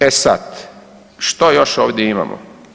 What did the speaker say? E sada, što još ovdje imamo?